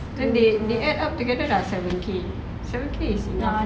so they add up together dah seven K seven K is enough